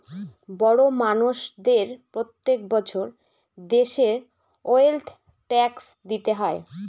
বড় মানষদের প্রত্যেক বছর দেশের ওয়েলথ ট্যাক্স দিতে হয়